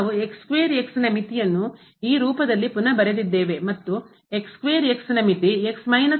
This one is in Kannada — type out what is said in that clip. ನಾವು ಮಿತಿಯನ್ನು ಈ ರೂಪದಲ್ಲಿ ಪುನಃ ಬರೆದಿದ್ದೇವೆ ಮತ್ತು ನ ಮಿತಿ ಆಗಿದೆ